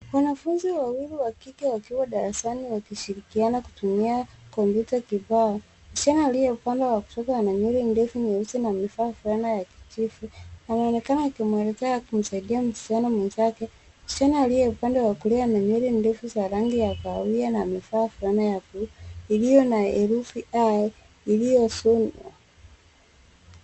Wanafunzi wawilu wa kike wakiwa darasani wakishirikiana kutumia kompyuta kifaa. Msichana aliye upande wa kushoto ana nywele ndefu, nyeusi na amevaa fulana ya kijivu. Anaonekana akimwelekezea au kumsaidia msichana mwenzake. Msichana aliye upande wa kulia ana nywele ndefu za rangi ya kahawia na amevaa fulana ya buluu iliyo na herufi a liyosundwa.